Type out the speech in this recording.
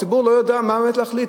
הציבור לא יודע מה להחליט,